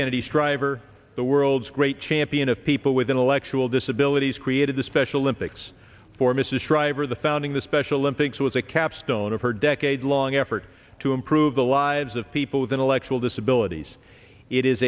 kennedy shriver the world's great champion of people with intellectual disabilities created the special olympics for mrs shriver the founding the special olympics was a capstone of her decade long effort to improve the lives of people with intellectual disabilities it is